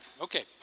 Okay